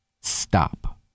Stop